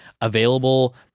available